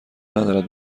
ندارد